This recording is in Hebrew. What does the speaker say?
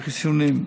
וחיסונים.